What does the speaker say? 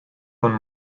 von